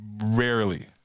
rarely